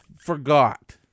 forgot